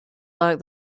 like